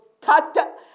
cut